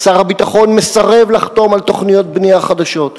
שר הביטחון מסרב לחתום על תוכניות בנייה חדשות,